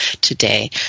today